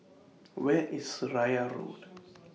Where IS Seraya Road